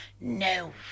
no